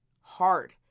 hard